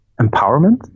empowerment